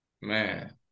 man